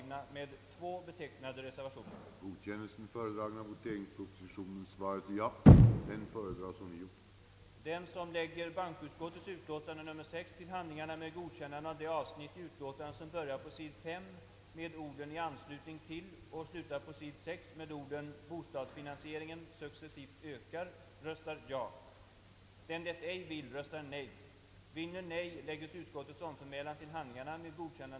6 med orden »bostadsfinansieringen successivt ökar», röstar Det stycke, som å sid. 6 i det tryckta utlåtandet började med orden »Valutapolitiken fortsatte» och slutade med »ägt rum i utlandet» Den, som med gillande lägger till handlingarna vad bankoutskottet i utlåtande nr 6 punkten 1 anfört i det stycke på sid.